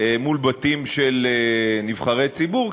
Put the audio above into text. מול בתים של נבחרי ציבור,